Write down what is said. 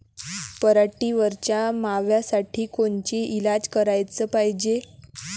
पराटीवरच्या माव्यासाठी कोनचे इलाज कराच पायजे?